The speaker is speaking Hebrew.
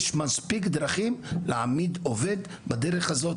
יש מספיק דרכים להעמיד עובד בדרך הזאת